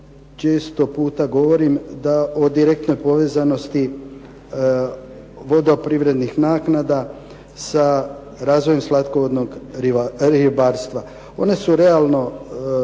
često puta govorim da o direktnoj povezanosti vodoprivrednih naknada sa razvojem slatkovodnog ribarstva. One su nerealno